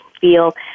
feel